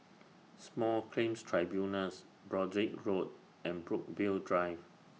Small Claims Tribunals Broadrick Road and Brookvale Drive